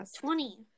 Twenty